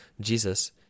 Jesus